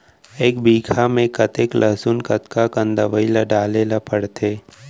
एक बीघा में कतेक लहसुन कतका कन दवई ल डाले ल पड़थे?